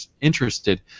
interested